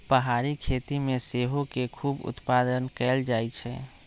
पहारी खेती में सेओ के खूब उत्पादन कएल जाइ छइ